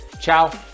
Ciao